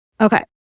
Okay